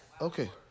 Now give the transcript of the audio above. Okay